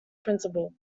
principal